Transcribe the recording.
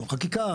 או חקיקה,